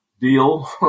deal